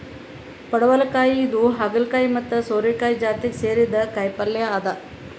ಪಡವಲಕಾಯಿ ಇದು ಹಾಗಲಕಾಯಿ ಮತ್ತ್ ಸೋರೆಕಾಯಿ ಜಾತಿಗ್ ಸೇರಿದ್ದ್ ಕಾಯಿಪಲ್ಯ ಅದಾ